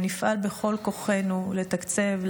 ונפעל בכל כוחנו לתקצב,